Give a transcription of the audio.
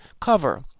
cover